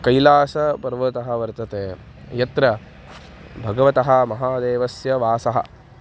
कैलासपर्वतः वर्तते यत्र भगवतः महादेवस्य वासः